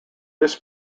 this